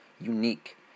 unique